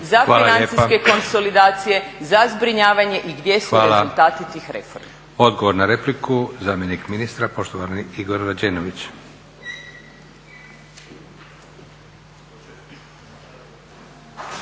za financijske konsolidacije, za zbrinjavanje i gdje su rezultati tih reformi.